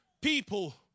people